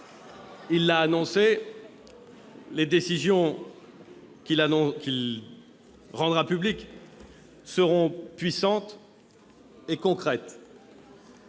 Il l'a annoncé : les décisions qu'il rendra publiques seront puissantes et concrètes.